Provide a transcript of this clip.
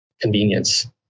convenience